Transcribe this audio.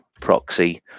proxy